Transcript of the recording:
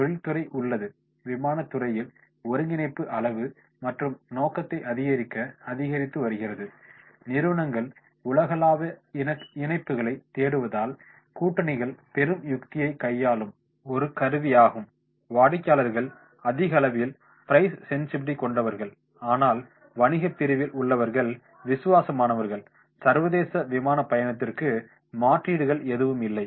தொழில்துறை உள்ளது விமானத் துறையில் ஒருங்கிணைப்பு அளவு மற்றும் நோக்கத்தை அதிகரிக்க அதிகரித்து வருகிறது நிறுவனங்கள் உலகளாவிய இணைப்புகளைத் தேடுவதால் கூட்டணிகள் பெரும் யுக்தியை கையாளும் ஒரு கருவியாகும் வாடிக்கையாளர்கள் அதிகளவில் பிரைஸ் சென்சிபிலிட்டி கொண்டவர்கள் ஆனால் வணிகப் பிரிவில் உள்ளவர்கள் விசுவாசமானவர்கள் சர்வதேச விமானப் பயணத்திற்கு மாற்றீடுகள் எதுவும் இல்லை